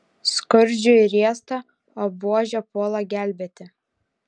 skurdžiui riesta o buožė puola gelbėti